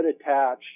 attach